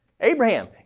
Abraham